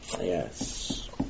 yes